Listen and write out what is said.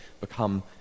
become